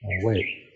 Wait